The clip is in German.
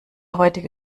heutige